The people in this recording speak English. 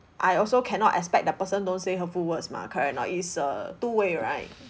I also cannot expect that person don't say hurtful words mah correct or not it's a two way right